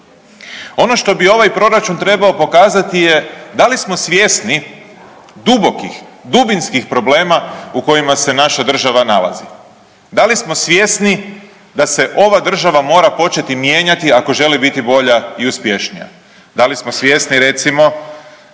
Ono što bi ovaj Proračun trebao pokazati je, da li smo svjesni dubokih, dubinskih problema u kojima se naša država nalazi. Da li smo svjesni da se ova država mora početi mijenjati ako želi biti bolja i uspješnija? Da li smo svjesni, recimo,